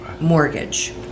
mortgage